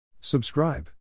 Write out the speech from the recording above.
Subscribe